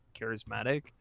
charismatic